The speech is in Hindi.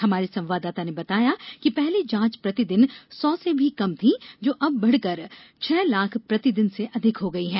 हमारे संवाददाता ने बताया है कि पहले जांच प्रतिदिन सौ से भी कम थी जो अब बढ़कर अब छह लाख प्रतिदिन से अधिक हो गई है